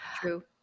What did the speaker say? true